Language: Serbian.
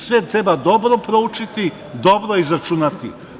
Sve treba dobro proučiti, dobro izračunati.